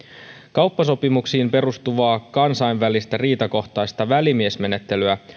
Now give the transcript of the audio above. kauppasopimuksiin perustuvaa kansainvälistä riitakohtaista välimiesmenettelyä